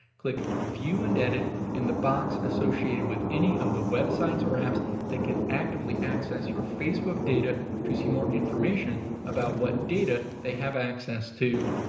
click view and edit in the box associated with any of the websites or apps that can actively access your facebook data to see more information about what data they have access to.